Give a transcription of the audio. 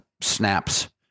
snaps